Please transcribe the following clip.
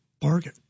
bargain